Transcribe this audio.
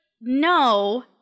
no